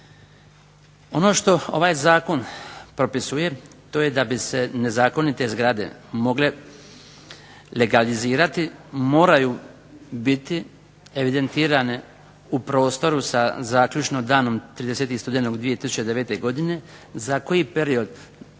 Ono što ovaj zakon propisuje to je da bi se nezakonite zgrade mogle legalizirati moraju biti evidentirane u prostoru sa zaključno danom 30. studenog 2009. godine za koji period Državna